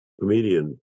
comedian